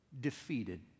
defeated